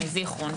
מזיכרון,